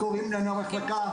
--- למחלקה.